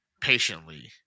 patiently